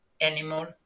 animal